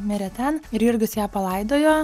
mirė ten ir jurgis ją palaidojo